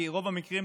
כי רוב התיקים